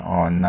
on